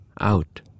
Out